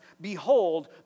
Behold